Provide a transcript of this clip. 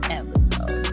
episode